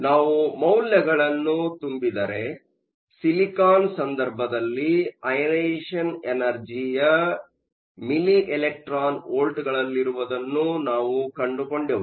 ನಾವು ಮೌಲ್ಯಗಳನ್ನು ತುಂಬಿದರೆ ಸಿಲಿಕಾನ್ ಸಂದರ್ಭದಲ್ಲಿ ಅಐನೆಸೇಷನ್ ಎನರ್ಜಿಯ ಮಿಲಿ ಎಲೆಕ್ಟ್ರಾನ್ ವೋಲ್ಟ್ಗಳಲ್ಲಿರುವುದನ್ನು ನಾವು ಕಂಡುಕೊಂಡೆವು